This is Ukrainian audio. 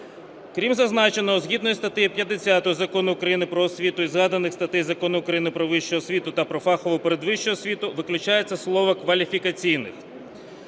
Крім зазначеного, згідно зі статтею 50 Закону України "Про освіту" і згаданих статей Закону України "Про вищу освіту" та "Про фахову передвищу освіту" виключається слово "кваліфікаційних".